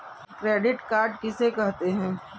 Credit card किसे कहते हैं?